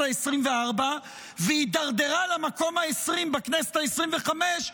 העשרים-וארבע והידרדרה למקום ה-20 בכנסת העשרים-וחמש.